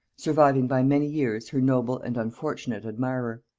surviving by many years her noble and unfortunate admirer.